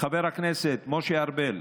חבר הכנסת משה ארבל,